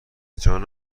جان